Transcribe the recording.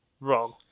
wrong